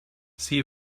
see